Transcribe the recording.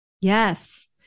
Yes